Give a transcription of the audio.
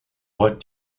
what